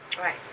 right